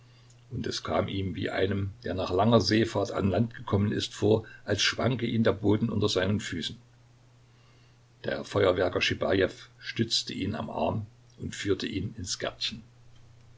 und es kam ihm wie einem der nach langer seefahrt ans land gekommen ist vor als schwanke der boden unter seinen füßen der feuerwerker schibajew stützte ihn am arm und führte ihn ins gärtchen